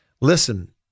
Listen